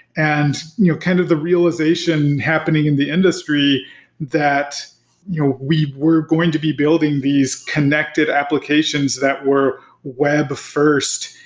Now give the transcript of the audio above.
and kind of the realization happening in the industry that you know we were going to be building these connected applications that were web first,